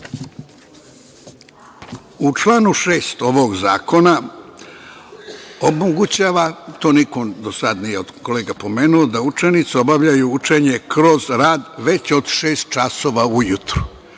u članu 6. ovog zakona omogućava, to niko do sad od kolega nije pomenuo, da učenici obavljaju učenje kroz rad već od šest časova ujutru.